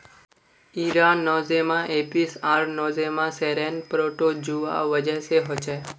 इरा Nosema apis आर Nosema ceranae protozoa वजह से होछे